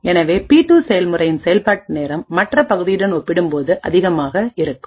எனவே பி2 செயல்முறையின் செயல்பாட்டு நேரம்மற்ற பகுதியுடன் ஒப்பிடும்போது அதிகமாக இருக்கும்